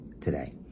today